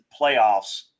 playoffs